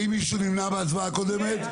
האם מישהו נמנע בהצבעה הקודמת?